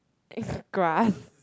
it's grass